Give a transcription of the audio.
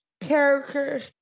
characters